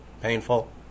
painful